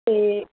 ਅਤੇ